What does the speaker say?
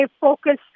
focus